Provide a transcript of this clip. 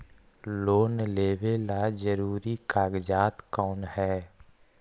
Loan लेब ला जरूरी कागजात कोन है?